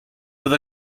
with